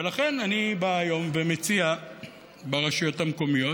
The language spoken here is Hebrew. ולכן אני בא היום ומציע ברשויות המקומיות,